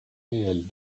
réels